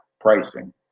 pricing